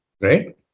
Right